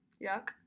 Yuck